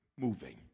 moving